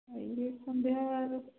ଏଇ ସନ୍ଧ୍ୟାରୁ